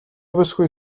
бүсгүй